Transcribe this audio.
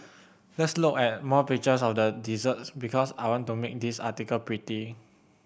let's look at more pictures of the desserts because I want to make this article pretty